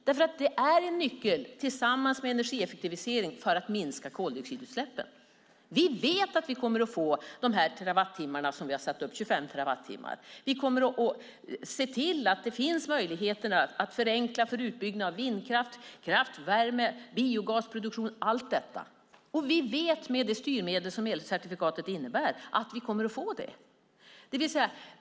Det är en nyckel, tillsammans med energieffektivisering, för att minska koldioxidutsläppen. Vi vet att vi kommer att få de 25 terawattimmar vi har satt upp. Vi kommer att se till att det finns möjligheter att förenkla för utbyggnad av vindkraft, kraftvärme, biogasproduktion och så vidare. Vi vet med de styrmedel som elcertifikatet innebär att vi kommer att få det.